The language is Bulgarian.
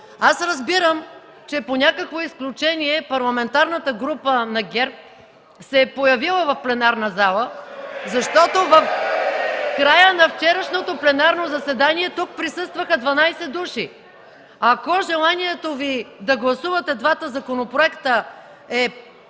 Аз разбирам, че по някакво изключение парламентарната група на ГЕРБ се е появила в пленарната зала (викове от ГЕРБ: „Е-е-е!”), защото в края на вчерашното пленарно заседание тук присъстваха 12 души. Ако желанието Ви да гласувате двата законопроекта е